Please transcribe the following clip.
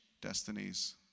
destinies